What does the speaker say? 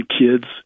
kids